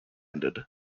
ended